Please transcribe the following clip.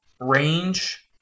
range